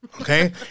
Okay